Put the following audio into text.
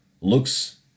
looks